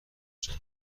جمع